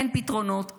אין פתרונות,